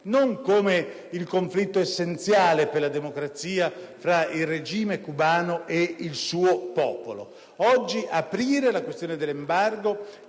non come un conflitto essenziale per la democrazia fra il regime cubano ed il suo popolo. Oggi aprire la questione dell'embargo,